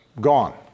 Gone